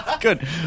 Good